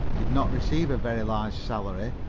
did not receive a very large salary,